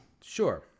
sure